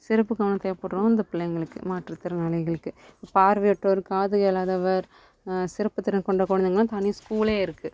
சிறப்பு கவனம் தேவைப்படும் இந்த பிள்ளைங்களுக்கு மாற்றுத்திறனாளிகளுக்கு பார்வையற்றோர் காது கேளாதவர் சிறப்பு திறன் கொண்ட குழந்தைகளாம் தனி ஸ்கூலே இருக்குது